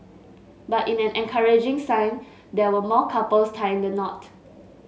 but in an encouraging sign there were more couples tying the knot